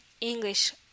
English